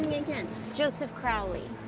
and against? joseph crowley.